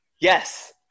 Yes